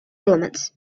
elements